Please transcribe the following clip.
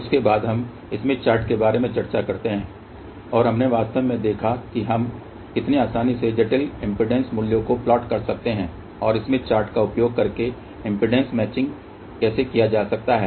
उसके बाद हम स्मिथ चार्ट के बारे में चर्चा करते हैं और हमने वास्तव में देखा कि हम कितनी आसानी से जटिल इम्पीडेंस मूल्यों को प्लाट कर सकते हैं और स्मिथ चार्ट का उपयोग करके इम्पीडेन्स मैचिंग कैसे किया जा सकता है